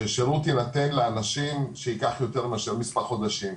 ששירות יינתן לאנשים שייקח יותר מאשר מספר חודשים,